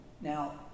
Now